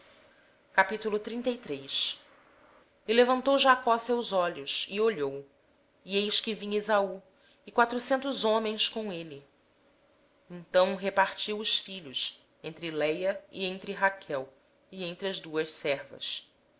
do quadril levantou jacó os olhos e olhou e eis que vinha esaú e quatrocentos homens com ele então repartiu os filhos entre léia e raquel e as duas servas